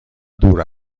دور